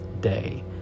day